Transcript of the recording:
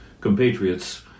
compatriots